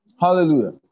Hallelujah